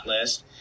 list